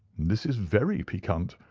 this is very piquant.